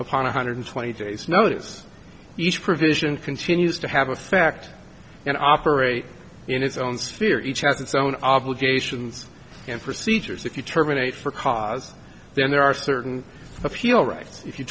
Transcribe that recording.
upon a hundred twenty days notice each provision continues to have effect and operate in its own sphere each has its own obligations and procedures if you terminate for cause then there are certain appeal rights if you